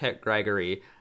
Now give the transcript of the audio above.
Gregory